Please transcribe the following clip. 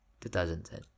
2010